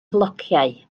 flociau